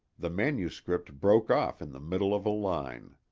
the manuscript broke off in the middle of a line.